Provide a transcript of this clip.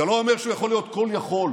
זה לא אומר שהוא יכול להיות כול יכול,